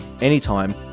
anytime